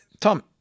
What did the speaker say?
Tom